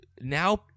now